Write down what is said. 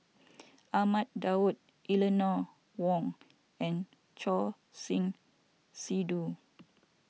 Ahmad Daud Eleanor Wong and Choor Singh Sidhu